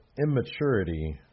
immaturity